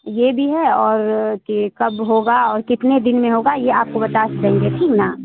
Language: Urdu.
یہ بھی ہے اور کہ کب ہوگا اور کتنے دن میں ہوگا یہ آپ کو بتا دیں گے ٹھیک نا